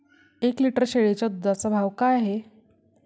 एक लिटर शेळीच्या दुधाचा भाव काय आहे?